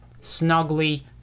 snugly